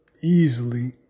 easily